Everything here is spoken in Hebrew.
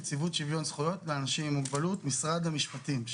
נציבות שוויון זכויות לאנשים עם מוגבלות משרד המשפטים.